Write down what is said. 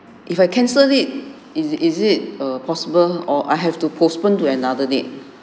if I cancel it is it is it err possible or I have to postpone to another date